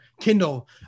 Kindle